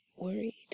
worried